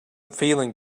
feeling